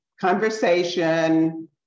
conversation